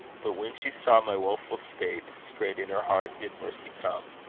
but when she saw my woeful state, straight in her heart did mercy come,